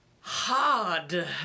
Hard